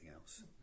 else